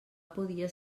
podia